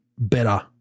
better